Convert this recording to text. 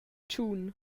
tschun